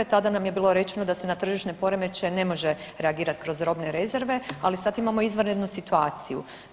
Tada nam je bilo rečeno da se na tržišne poremećaje ne može reagirati kroz robne rezerve, ali sad imamo izvanrednu situaciju.